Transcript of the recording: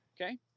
okay